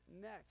next